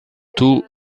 tout